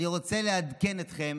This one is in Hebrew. אני רוצה לעדכן אתכם